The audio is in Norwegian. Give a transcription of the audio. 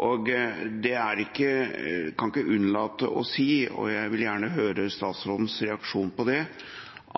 Og jeg kan ikke unnlate å si – og jeg vil gjerne høre statsrådens reaksjon på det –